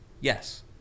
Yes